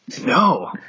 No